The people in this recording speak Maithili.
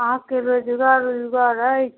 अहाँके रोजगार उजगार अछि